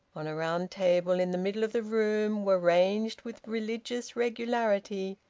on a round table in the middle of the room were ranged, with religious regularity,